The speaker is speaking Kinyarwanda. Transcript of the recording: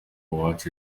uwacu